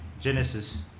Genesis